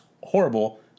horrible